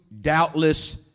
doubtless